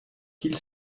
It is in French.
qui